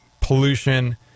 pollution